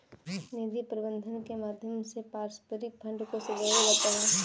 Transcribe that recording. निधि प्रबन्धन के माध्यम से पारस्परिक फंड को संजोया जाता है